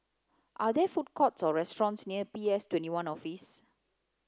are there food courts or restaurants near P S twenty one Office